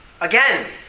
Again